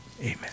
Amen